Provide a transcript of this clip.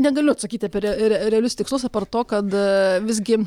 negaliu atsakyti apie realius tikslus apart to kad visgi